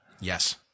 Yes